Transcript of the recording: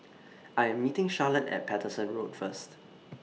I'm meeting Charlotte At Paterson Road First